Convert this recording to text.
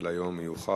על היום המיוחד,